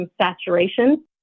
saturation